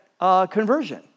conversion